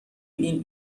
این